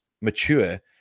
mature